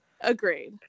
Agreed